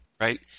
right